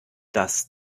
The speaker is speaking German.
das